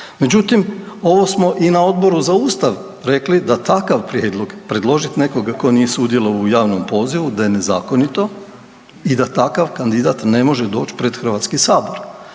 Međutim, ovo smo i na Odboru za Ustav rekli da takav prijedlog, predložiti nekoga tko nije sudjelovao u javnom pozivu, da je nezakonito i da takav kandidat ne može doći pred HS. Što